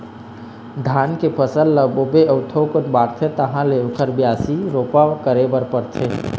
धान के फसल ल बोबे अउ थोकिन बाढ़थे तहाँ ले ओखर बियासी, रोपा करे बर परथे